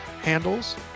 handles